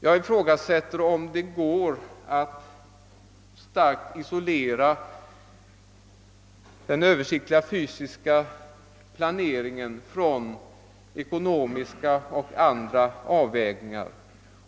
Jag ifrågasätter om det är möjligt att starkt isolera den översiktliga fysiska planeringen från ekonomiska och andra avvägningar.